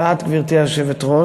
ואת, גברתי היושבת-ראש.